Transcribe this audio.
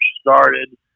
started